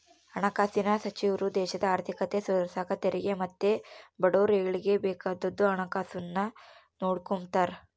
ಹಣಕಾಸಿನ್ ಸಚಿವ್ರು ದೇಶದ ಆರ್ಥಿಕತೆ ಸುಧಾರ್ಸಾಕ ತೆರಿಗೆ ಮತ್ತೆ ಬಡವುರ ಏಳಿಗ್ಗೆ ಬೇಕಾದ್ದು ಹಣಕಾಸುನ್ನ ನೋಡಿಕೆಂಬ್ತಾರ